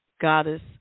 goddess